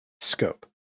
scope